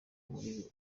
muri